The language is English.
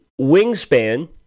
wingspan